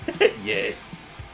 Yes